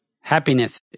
Happiness